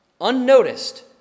Unnoticed